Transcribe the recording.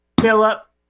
Philip